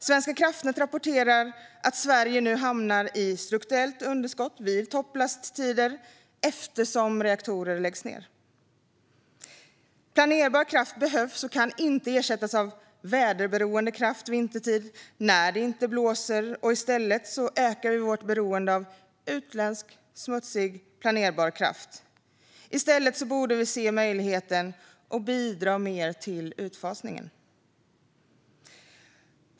Svenska kraftnät rapporterar att Sverige nu hamnar i strukturellt underskott vid topplasttider eftersom reaktorer läggs ned. Planerbar kraft behövs och kan inte ersättas av väderberoende kraft vintertid när det inte blåser. I stället ökar vi vårt beroende av utländsk smutsig planerbar kraft. Vi borde i stället se möjligheten och bidra mer till utfasningen.